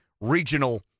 regional